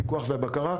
הפיקוח והבקרה,